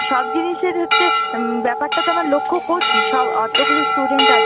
সব জিনিসের হচ্ছে ব্যাপারটা তো আমরা লক্ষ্য করছি সব অতগুলো স্টুডেন্ট আছে